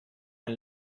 ein